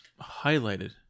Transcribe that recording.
highlighted